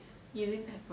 using pepper